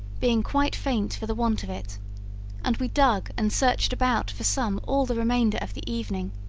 being quite faint for the want of it and we dug and searched about for some all the remainder of the evening,